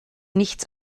nichts